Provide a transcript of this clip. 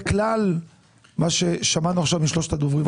כלל הדברים שמענו עכשיו משלושת הדוברים.